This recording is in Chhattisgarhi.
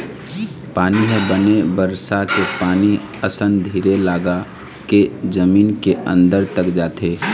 पानी ह बने बरसा के पानी असन धीर लगाके जमीन के अंदर तक जाथे